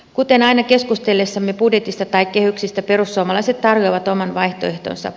kuten aina keskustellessamme budjetista tai kehyksistä perussuomalaiset tarjoavat oman vaihtoehtonsa